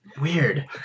Weird